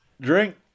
Drink